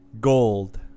Gold